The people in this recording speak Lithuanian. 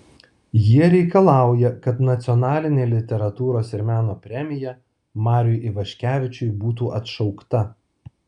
jie reikalauja kad nacionalinė literatūros ir meno premija mariui ivaškevičiui būtų atšaukta